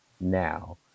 now